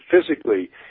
physically